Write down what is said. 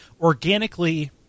organically